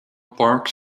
park